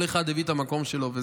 כל אחד הביא את המקום שלו.